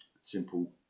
simple